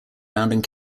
rounding